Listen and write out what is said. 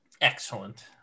Excellent